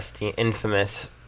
infamous